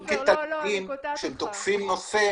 כשהם תוקפים נושא,